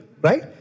right